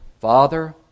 Father